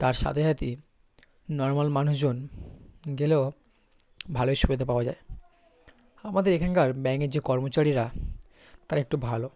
তার সাথে সাথে নর্মাল মানুষজন গেলেও ভালোই সুবিধা পাওয়া যায় আমাদের এখানকার ব্যাংকের যে কর্মচারীরা তারা একটু ভালো